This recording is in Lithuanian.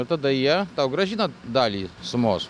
ir tada jie tau grąžina dalį sumos